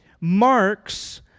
marks